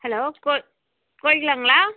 hello கோ கோகிலாங்களா